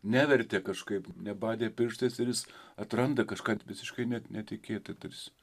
nevertė kažkaip nebadė pirštais ir jis atranda kažką visiškai ne netikėtai tarsi